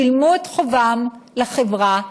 שילמו את חובם לחברה,